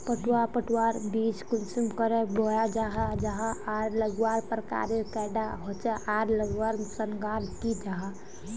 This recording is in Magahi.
पटवा पटवार बीज कुंसम करे बोया जाहा जाहा आर लगवार प्रकारेर कैडा होचे आर लगवार संगकर की जाहा?